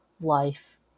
life